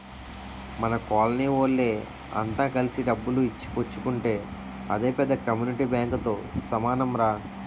మన కోలనీ వోళ్ళె అంత కలిసి డబ్బులు ఇచ్చి పుచ్చుకుంటే అదే పెద్ద కమ్యూనిటీ బాంకుతో సమానంరా